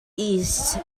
east